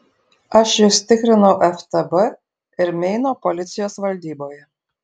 aš jus tikrinau ftb ir meino policijos valdyboje